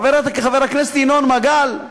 חבר הכנסת ינון מגל,